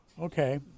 Okay